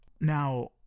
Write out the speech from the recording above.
Now